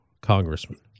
Congressman